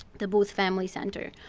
the booth family center.